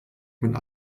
mit